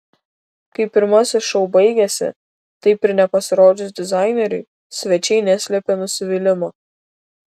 kai pirmasis šou baigėsi taip ir nepasirodžius dizaineriui svečiai neslėpė nusivylimo